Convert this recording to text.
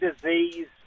disease